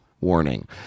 warning